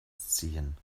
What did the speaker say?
ziehen